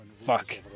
Fuck